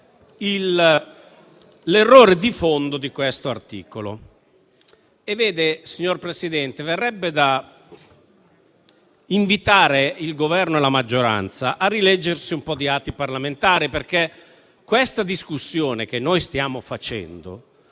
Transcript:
l'errore di fondo di questo articolo. Signor Presidente, verrebbe da invitare il Governo e la maggioranza a rileggersi gli atti parlamentari. Infatti, la discussione che noi stiamo facendo